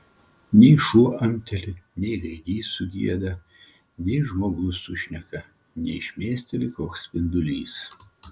nei šuo amteli nei gaidys sugieda nei žmogus sušneka nei šmėsteli koks spindulys